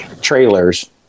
trailers